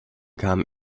kamen